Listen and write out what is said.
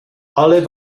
alle